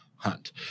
hunt